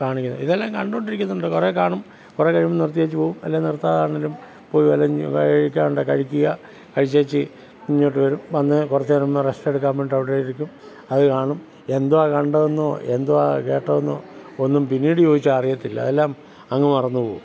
കാണിക്കുന്നത് ഇതെല്ലാം കണ്ടുകൊണ്ടിരിക്കുന്നുണ്ട് കുറേ കാണും കുറേ കഴിയുമ്പം നിർത്തിയേച്ചു പോവും അല്ലെങ്കിൽ നിർത്താതെ ആണെങ്കിലും പോയി വല്ല കഴിക്കാനുണ്ടെങ്കിൽ കഴിക്കുക കഴിച്ചേച്ച് ഇങ്ങോട്ട് വരും വന്ന് കുറച്ചുനേരം റെസ്റ്റ് എടുക്കാൻ വേണ്ടി അവിടെ ഇരിക്കും അത് കാണും എന്തുവാ കണ്ടതെന്നോ എന്തുവാ കേട്ടതെന്നോ ഒന്നും പിന്നീട് ചോദിച്ചാൽ അറിയില്ല എല്ലാം അങ്ങ് മറന്നുപോകും